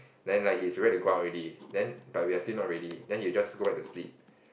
then like he is ready to go out already then but we're still not ready then he just go back to sleep